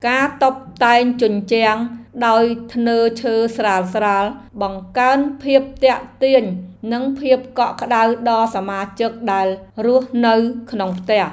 ការតុបតែងជញ្ជាំងដោយធ្នើរឈើស្រាលៗបង្កើនភាពទាក់ទាញនិងភាពកក់ក្តៅដល់សមាជិកដែលរស់នៅក្នុងផ្ទះ។